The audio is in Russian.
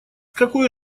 какой